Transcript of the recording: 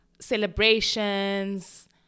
celebrations